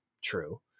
true